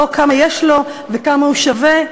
לא "כמה יש לו" ו"כמה הוא שווה",